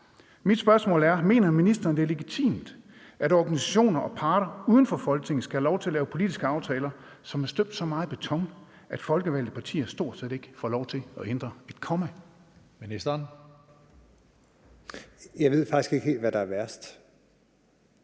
ministeren, det er legitimt, at organisationer og parter uden for Folketinget skal have lov til at lave politiske aftaler, som er støbt så meget i beton, at folkevalgte partier stort set ikke får lov til at ændre et komma? Kl. 15:07 Tredje næstformand (Karsten